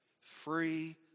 free